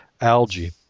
algae